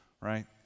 right